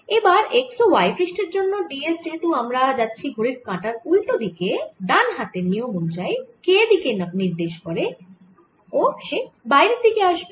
এবার x ও y পৃষ্ঠের জন্য d s যেহেতু আমরা যাচ্ছি ঘড়ির কাঁটার উল্টো দিকে ডান হাতের নিয়ম অনুযায়ী k দিকে নির্দেশ করে বাইরের দিকে আসবে